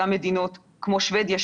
גם מדינות כמו שבדיה,